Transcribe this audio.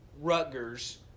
Rutgers